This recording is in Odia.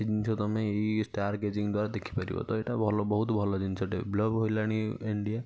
ସେ ଜିନିଷ ତମ ଏଇ ଷ୍ଟାର୍ ଗେଜିଂ ଦ୍ଵାରା ଦେଖିପାରିବ ତ ଏଇଟା ଭଲ ବହୁତ ଭଲ ଜିନିଷଟେ ଡେଭଲପ୍ ହେଲାଣି ଇଣ୍ଡିଆ